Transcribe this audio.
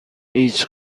هیچ